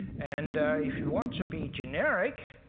and if you want to be generic,